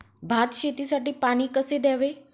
भात शेतीसाठी पाणी कसे द्यावे?